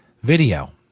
video